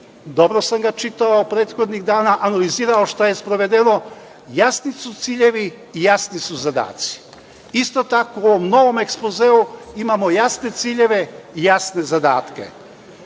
dobro sam ga čitao prethodnih dana, analizirao šta je sprovedeno, jasni su ciljevi i jasni su zadaci. Isto tako u ovom novom ekspozeu imamo jasne ciljeve i jasne